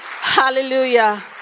Hallelujah